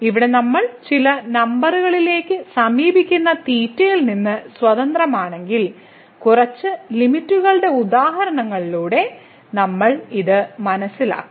ഇവിടെ നമ്മൾ ചില നമ്പറുകളിലേക്ക് സമീപിക്കുന്ന തീറ്റയിൽ നിന്ന് സ്വതന്ത്രമാണെങ്കിൽ കുറച്ച് ലിമിറ്റുകളുടെ ഉദാഹരണങ്ങളിലൂടെ നമ്മൾ ഇത് മനസ്സിലാക്കും